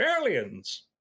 aliens